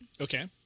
Okay